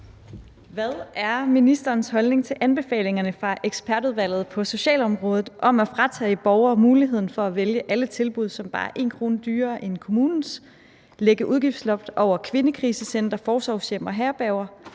Hvad er ministerens holdning til anbefalingerne fra Ekspertudvalget på socialområdet om at fratage borgere muligheden for at vælge alle tilbud, som bare er 1 kr. dyrere end kommunens, lægge udgiftsloft over kvindekrisecentre, forsorgshjem og herberger,